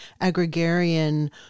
agrarian